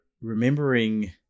remembering